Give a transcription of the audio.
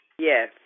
Yes